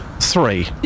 Three